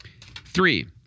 Three